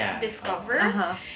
discover